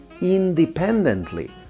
independently